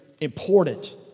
important